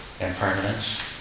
Impermanence